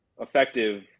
effective